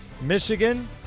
Michigan